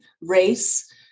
race